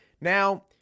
Now